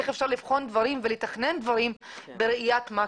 איך אפשר לבחון דברים ולתכנן דברים בראיית מקרו.